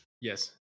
Yes